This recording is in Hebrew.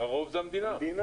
הרוב זה המדינה.